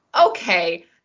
okay